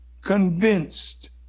convinced